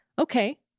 Okay